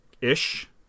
ish